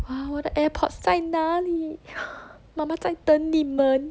!wah! 我的 airpods 在哪里妈妈在等你们